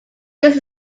this